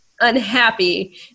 unhappy